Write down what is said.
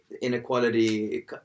inequality